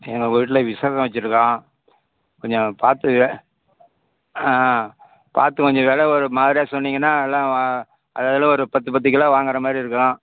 எங்கள் உங்கள் வீட்டில் விசேஷம் வச்சிருக்கோம் கொஞ்சம் பார்த்து ஆ பார்த்து கொஞ்சம் வெலை ஒரு மாதிரியா சொன்னீங்கன்னால் எல்லாம் அது அதில் ஒரு பத்து பத்து கிலோ வாங்கற மாதிரி இருக்கும்